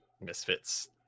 Misfits